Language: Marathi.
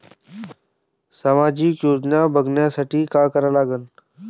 सामाजिक योजना बघासाठी का करा लागन?